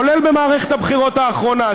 כולל במערכת הבחירות האחרונה,